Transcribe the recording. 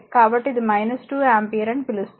కాబట్టి ఇది 2 ఆంపియర్ అని పిలుస్తారు